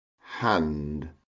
hand